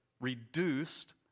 reduced